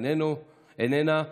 איננה,